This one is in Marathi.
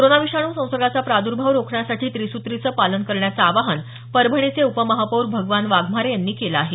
कोरोना विषाणू संसर्गाचा प्रादुर्भाव रोखण्यासाठी त्रिसूत्रीचं पालन करण्याचं आवाहन परभणीचे उपमहापौर भगवान वाघमारे यांनी केलं आहे